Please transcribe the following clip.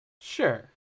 sure